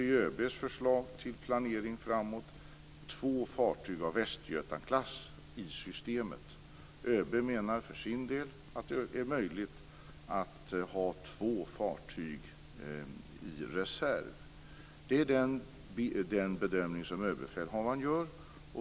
I ÖB:s förslag till planering framåt finns två fartyg av Västgötaklass. ÖB menar för sin del att det är möjligt att ha två fartyg i reserv. Det är den bedömning som överbefälhavaren gör.